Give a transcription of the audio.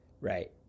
Right